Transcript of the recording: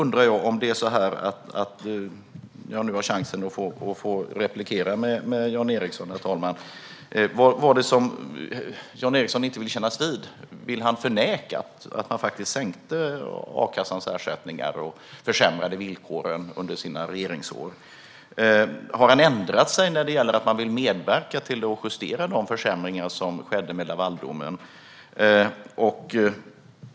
När jag nu har fått chans att ta replik på Jan Ericson undrar jag vad det är som han inte vill kännas vid. Vill han förneka att man sänkte a-kassans ersättningar och försämrade villkoren under sina regeringsår? Har han ändrat sig när det gäller att man vill medverka till att justera de försämringar som skedde genom Lavaldomen?